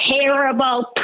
terrible